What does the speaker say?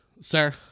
sir